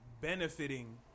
benefiting